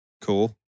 Cool